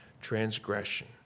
transgression